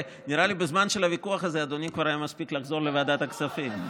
נראה לי שבזמן של הוויכוח הזה אדוני כבר היה מספיק לחזור לוועדת הכספים.